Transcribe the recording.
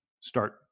start